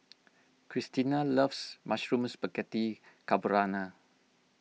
Cristina loves Mushroom Spaghetti Carbonara